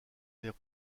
des